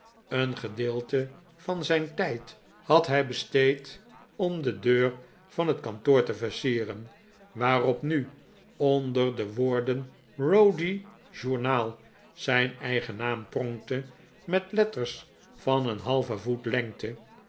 een gedeelte van zijn tijd had hij besteed om de deur van het kantoor te versieren waarop nu onder de woorden rowdy journal zijn eigen naam pronkte met letters van een halven voet lengte